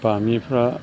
बामिफ्रा